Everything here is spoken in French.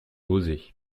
oser